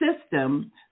system